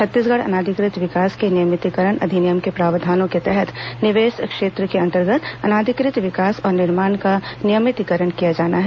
छत्तीसगढ़ अनाधिकृत विकास के नियमितीकरण अधिनियम के प्रावधानों के तहत निवेश क्षेत्र के अंतर्गत अनाधिकृत विकास और निर्माण का नियमितीकरण किया जाना है